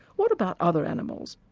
what about other animals?